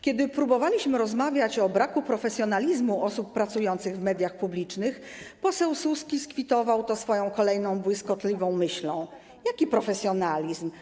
Kiedy próbowaliśmy rozmawiać o braku profesjonalizmu osób pracujących w mediach publicznych, poseł Suski skwitował to swoją kolejną błyskotliwą myślą: Jaki profesjonalizm?